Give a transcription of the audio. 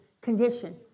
condition